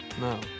No